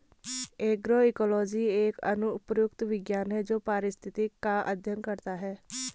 agroecology एक अनुप्रयुक्त विज्ञान है जो पारिस्थितिक का अध्ययन करता है